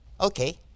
okay